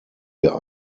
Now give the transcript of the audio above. wir